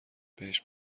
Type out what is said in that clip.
بهش